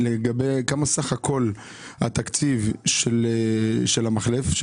כמה סך הכול התקציב של המחלף,